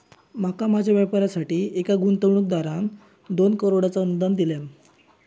माका माझ्या व्यापारासाठी एका गुंतवणूकदारान दोन करोडचा अनुदान दिल्यान